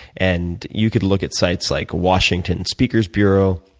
and you could look at sites like washington speakers bureau